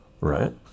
right